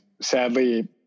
sadly